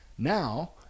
now